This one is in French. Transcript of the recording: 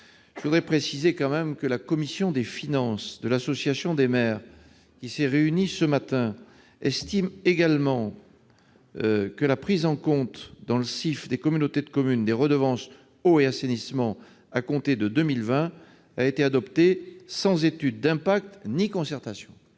Je précise que la commission des finances de l'Association des maires de France, qui s'est réunie ce matin, estime également que la prise en compte dans le calcul du CIF des communautés de communes du produit des redevances d'eau et d'assainissement à compter de 2020 a été adoptée sans étude d'impact ni concertation.